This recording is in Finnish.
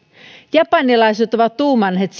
japanilaiset ovat tuumanneet